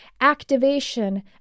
activation